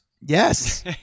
Yes